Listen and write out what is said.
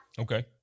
Okay